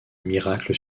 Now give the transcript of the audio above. miracle